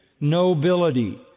nobility